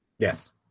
Yes